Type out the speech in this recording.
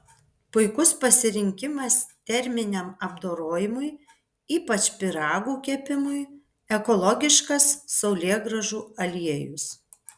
puikus pasirinkimas terminiam apdorojimui ypač pyragų kepimui ekologiškas saulėgrąžų aliejus